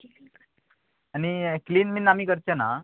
आनी क्लीन बीन आमी करचें ना